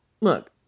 Look